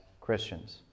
Christians